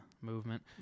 movement